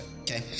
okay